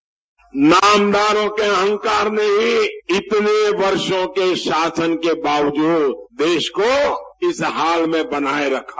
bite नामदारों के अहंकार में इतने वर्षो के शासन के बावजूद देश को इस हाल में बनाये रखा